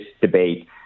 debate